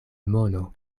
mono